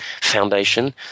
foundation